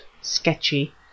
sketchy